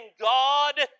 God